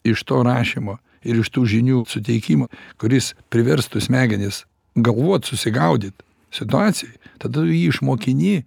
iš to rašymo ir iš tų žinių suteikimo kuris priverstų smegenis galvot susigaudyt situacijoj tada išmokini